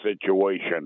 situation